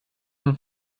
von